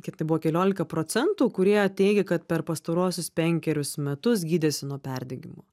kaip tai buvo keliolika procentų kurie teigia kad per pastaruosius penkerius metus gydėsi nuo perdegimo